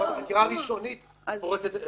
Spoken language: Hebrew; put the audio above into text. זאת אומרת שתקופת החקירה הראשונית פורצת את זה.